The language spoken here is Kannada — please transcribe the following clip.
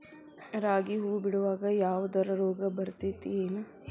ರಾಗಿ ಹೂವು ಬಿಡುವಾಗ ಯಾವದರ ರೋಗ ಬರತೇತಿ ಏನ್?